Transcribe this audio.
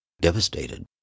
devastated